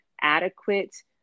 adequate